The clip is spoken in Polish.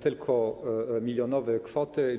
tylko milionowe kwoty.